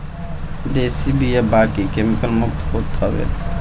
देशी बिया बाकी केमिकल मुक्त होत हवे